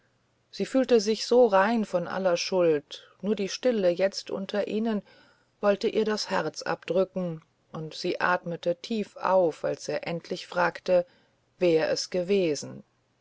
sie fühlte sich so rein von aller schuld nur die stille jetzt unter ihnen wollte ihr das herz abdrücken und sie atmete tief auf als er endlich fragte wer es gewesen